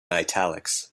italics